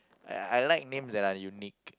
I like names that are unique